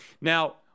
Now